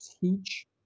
teach